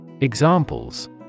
Examples